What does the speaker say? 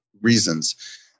reasons